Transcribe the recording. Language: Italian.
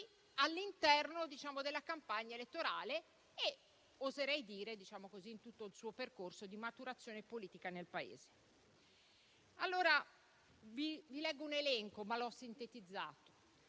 portanti della campagna elettorale e oserei dire di tutto il suo percorso di maturazione politica nel Paese. Vi leggo un elenco che ho sintetizzato: